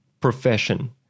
Profession